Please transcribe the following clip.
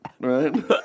right